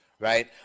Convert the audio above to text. right